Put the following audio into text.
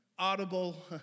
audible